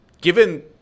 given